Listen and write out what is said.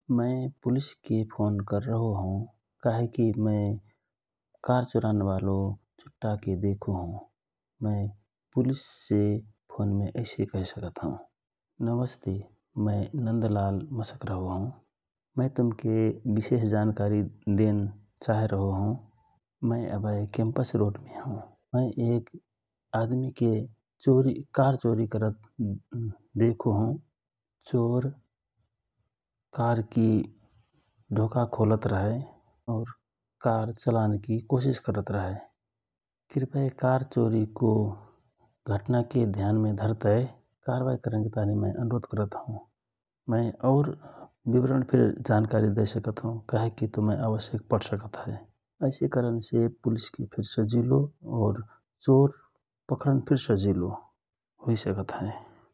मय police के phone कर रहोहौ काहेकी मय कार चुरानबालो चुट्टाके देखो हौ । मय पुलिसे फोनमे ऐसे कहि सकत हौ नमस्ते मय नन्दलाल मसक रहो हौ मय तुमके विशेष जानकारी देन चहत हौ । मय अभय क्याम्पस रोडमे हौ । मय एक आदमीके कार चोरी कर देखो हौ । चोर कार की ढोका खोलत रहए । और कार चलन की कोसिस करत रहए कृपाय कार चोरीको घटना के ध्याम मे धर तय कर्वहि करन तहन ताहि मय अनुरोध करत हौ मय और विवरण फिर जानकारी दय सकत हौ ऐसे करन से पुलिसके फिर सजिलो और चोर पकरन सजिलो हुइ सकत हए ।